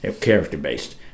character-based